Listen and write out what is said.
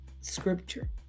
scripture